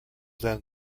then